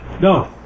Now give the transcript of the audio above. no